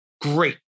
Great